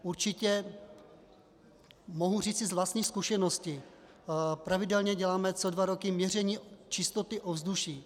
Určitě mohu říci z vlastní zkušenosti, pravidelně děláme co dva roky měření čistoty ovzduší.